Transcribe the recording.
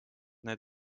need